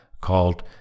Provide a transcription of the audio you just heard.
called